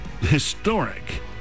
historic